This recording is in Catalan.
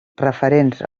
referents